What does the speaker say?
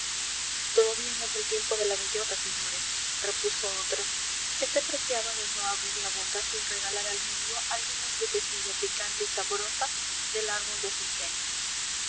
todavía no es el tiempo de la bellota señores repuso otro que se preciaba de no abrir la boca sin regalar al mundo alguna frutecilla picante y sabrosa del árbol de su ingenio